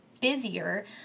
busier